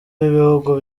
b’ibihugu